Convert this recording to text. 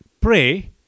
pray